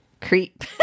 Creep